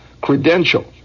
credential